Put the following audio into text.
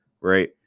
right